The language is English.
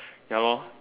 ya lor